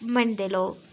मन्नदे लोक